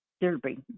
Derby